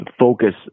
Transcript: focus